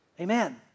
Amen